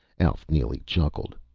alf neely chuckled.